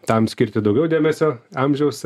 tam skirti daugiau dėmesio amžiaus